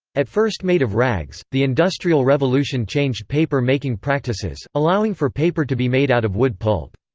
at first made of rags, the industrial revolution changed paper-making practices, allowing for paper to be made out of wood pulp.